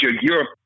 Europe